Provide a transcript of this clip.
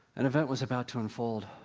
an event was about to unfold,